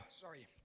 Sorry